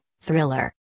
thriller